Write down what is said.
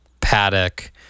paddock